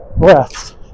breaths